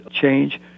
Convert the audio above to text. change